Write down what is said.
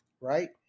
right